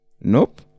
Nope